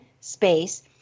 space